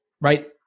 Right